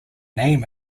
name